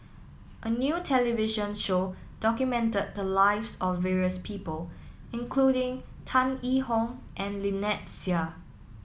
a new television show documented the lives of various people including Tan Yee Hong and Lynnette Seah